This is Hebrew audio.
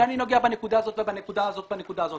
שאני נוגע בנקודה הזאת ובנקודה הזאת ובנקודה הזאת,